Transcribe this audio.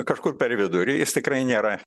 kažkur per vidurį jis tikrai nėra